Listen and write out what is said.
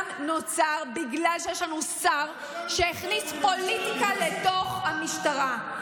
נוצרו בגלל שיש לנו שר שהכניס פוליטיקה לתוך המשטרה.